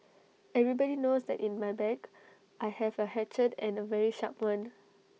everybody knows that in my bag I have A hatchet and A very sharp one